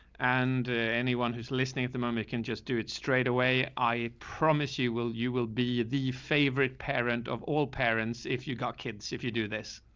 and anyone who's listening at the moment can just do it straight away. i promise you will. you will be the favorite parent of all parents if you've got kids. if you do this,